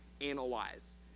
analyze